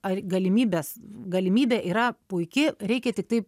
ar galimybes galimybė yra puiki reikia tiktai